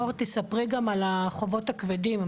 מור, תספרי גם על החובות הכבדים.